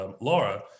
Laura